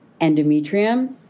Endometrium